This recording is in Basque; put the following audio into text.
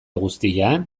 guztian